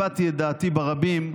הבעתי את דעתי ברבים,